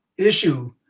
issue